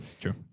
true